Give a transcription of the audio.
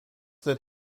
that